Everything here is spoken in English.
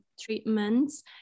treatments